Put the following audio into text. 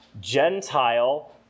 Gentile